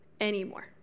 anymore